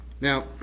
Now